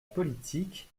politique